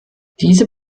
diese